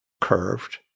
curved